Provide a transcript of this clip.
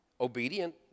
obedient